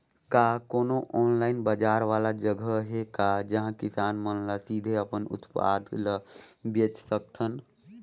का कोनो ऑनलाइन बाजार वाला जगह हे का जहां किसान मन ल सीधे अपन उत्पाद ल बेच सकथन?